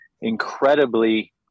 incredibly